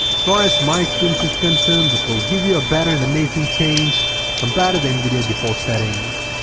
far as my experience is concerned this will give you a better and amazing change compared to the nvidia default settings.